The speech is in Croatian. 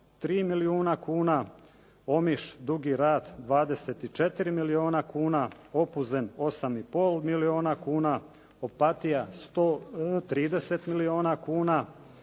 5,3 milijuna kuna, Omiš, Dugi rat 24 milijuna kuna, Opuzen 8,5 milijuna kuna, Opatija 130 milijuna kuna,